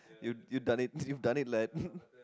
you you done it you've done it lad